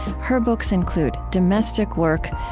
her books include domestic work,